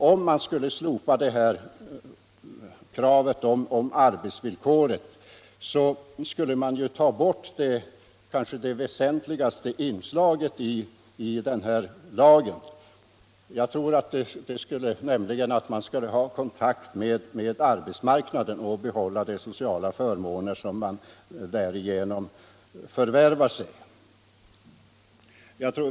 Om man slopade det här arbetsvillkoret skulle man som sagt ta bort det kanske väsentligaste inslaget i lagen. Jag anser att dessa arbetstagare skall ha kontakt med arbetsmarknaden och behålla de sociala förmåner som de därigenom får.